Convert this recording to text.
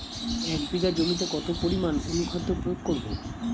এক বিঘা জমিতে কতটা পরিমাণ অনুখাদ্য প্রয়োগ করব?